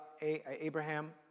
Abraham